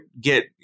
get